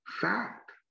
Fact